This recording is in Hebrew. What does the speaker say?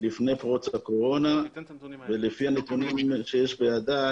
לפני פרוץ הקורונה ולפי הנתונים שיש בידי